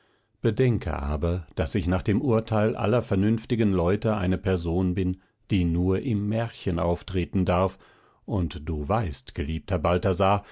bedenke aber daß ich nach dem urteil aller vernünftigen leute eine person bin die nur im märchen auftreten darf und du weißt geliebter balthasar